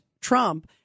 trump